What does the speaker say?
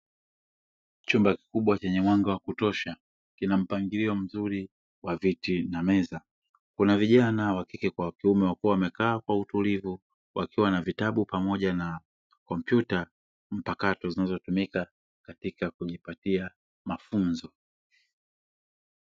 Chumba kikubwa chenye mwanga wa kutosha, kina mpangilio mzuri wa viti na meza. Kuna vijana wa kike kwa wa kume wakiwa wamekaa kwa utulivu wakiwa na vitabu pamoja na kompyuta mpakato zinazotumika katika kujipatia mafunzo.